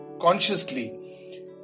consciously